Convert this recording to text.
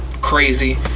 crazy